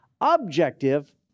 objective